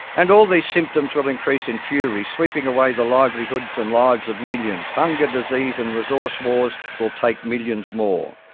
and all these symptoms will increase in fury, sweeping away the livelihoods and lives of millions. hunger, disease and resource wars will take millions more.